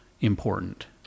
important